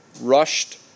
rushed